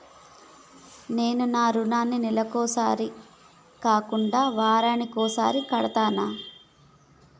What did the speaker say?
నేను నా రుణాన్ని నెలకొకసారి కాకుండా వారానికోసారి కడ్తన్నా